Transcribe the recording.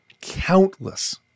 countless